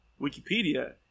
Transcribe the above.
Wikipedia